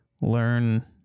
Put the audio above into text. learn